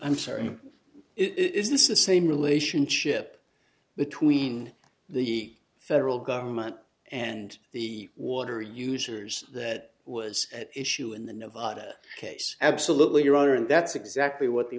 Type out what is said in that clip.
i'm sorry it is this the same relationship between the federal government and the water users that was at issue in the nevada case absolutely your honor and that's exactly what the